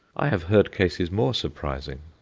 i have heard cases more surprising.